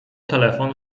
telefon